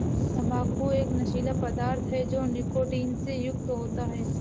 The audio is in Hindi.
तंबाकू एक नशीला पदार्थ है जो निकोटीन से युक्त होता है